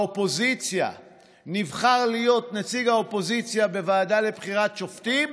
כמו שלילת הזכות של האופוזיציה לנציג בוועדת שרים לחקיקה.